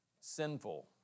sinful